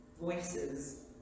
voices